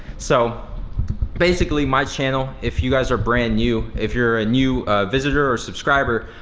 so basically my channel, if you guys are brand new, if you're a new visitor or subscriber,